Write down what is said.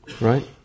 right